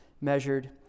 measured